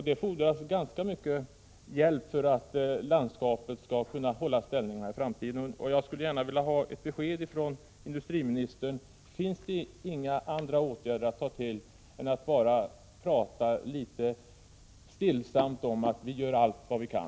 Det fordras ganska mycket hjälp för att landskapet i framtiden skall kunna hålla ställningarna. Jag skulle gärna vilja ha ett besked från industriministern: Finns det inga andra åtgärder att ta till än att litet stillsamt säga att vi gör allt vad vi kan?